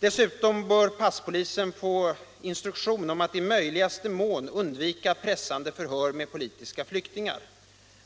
Dessutom bör passpolisen få instruktion om att i möjligaste mån undvika pressande förhör med politiska flyktingar.